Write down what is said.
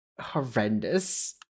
horrendous